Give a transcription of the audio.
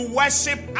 worship